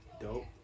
Dope